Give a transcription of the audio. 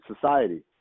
society